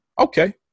Okay